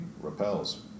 repels